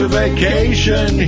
vacation